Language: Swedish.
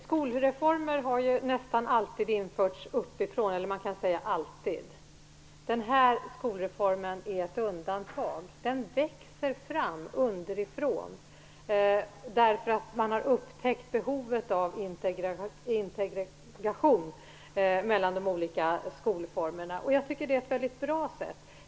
Fru talman! Skolreformer har ju alltid införts uppifrån. Den här skolreformen är ett undantag. Den växer fram underifrån därför att man har upptäckt behovet av integration mellan de olika skolformerna. Jag tycker att det är ett väldigt bra sätt.